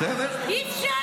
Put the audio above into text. אי-אפשר.